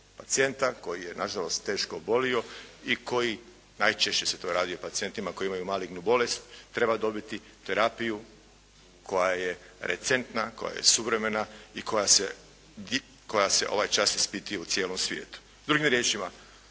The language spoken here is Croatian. koji je na žalost teško obolio i koji, najčešće se to radi o pacijentima koji imaju malignu bolest, treba dobiti terapiju koja je recentna, koja je suvremena i koja se ovaj čas ispituje u cijelom svijetu.